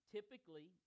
Typically